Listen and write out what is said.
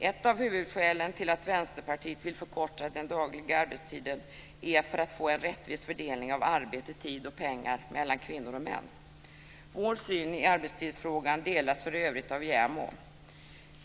Ett av huvudskälen till att Vänsterpartiet vill förkorta den dagliga arbetstiden är att vi vill få en rättvis fördelning av arbete, tid och pengar mellan kvinnor och män. Vår syn i arbetstidsfrågan delas för övrigt av JämO.